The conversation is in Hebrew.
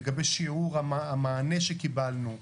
לגבי שיעור המענה שקיבלנו.